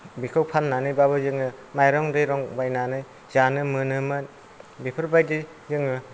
बेखौ फाननानैबाबो जोङो माइरं दैरं बायनानै जानो मोनोमोन बेफोरबायदि जोङो